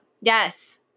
Yes